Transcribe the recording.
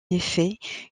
fait